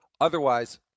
Otherwise